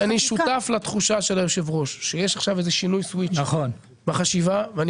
אני שותף לתחושה של יושב הראש שיש עכשיו איזה שינוי סוויץ' בחשיבה ואני